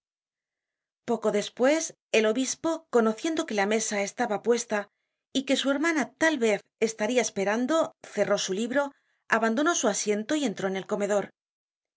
poco despues el obispo conociendo que la mesa estaba puesta y que su hermana tal vez estaria esperando cerró su libró abandonó su asiento y entró en el comedor